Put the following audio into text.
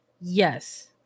yes